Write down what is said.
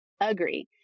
agree